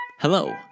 Hello